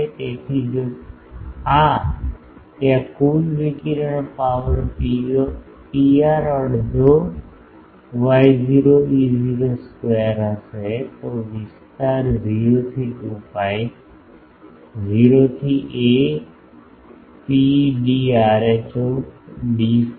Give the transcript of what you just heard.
તેથી જો આ ત્યાં કુલ વિકિરણ પાવર Pr અડધો Y0 E0 સ્કવેર હશે તો વિસ્તાર 0 થી 2 pi 0 થી a ρ d rho d phi